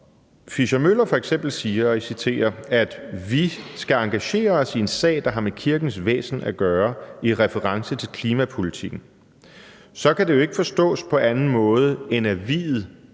Fischer-Møller f.eks. siger, og jeg citerer, at vi skal engagere os i en sag, der har med kirkens væsen at gøre i reference til klimapolitikken, så kan det jo ikke forstås på anden måde, end at vi'et